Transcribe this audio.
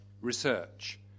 research